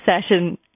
session